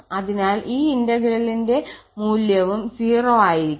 അതിനാൽ ഈ ഇന്റെഗ്രേലിന്റെ വമൂല്യവും 0 ആയിരിക്കും